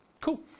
Cool